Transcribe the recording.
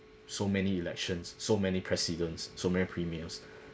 so many elections so many presidents so many premiers